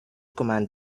command